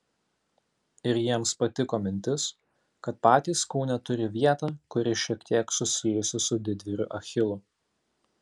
ir jiems patiko mintis kad patys kūne turi vietą kuri šiek tiek susijusi su didvyriu achilu